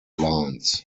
lines